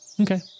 okay